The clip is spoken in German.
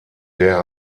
der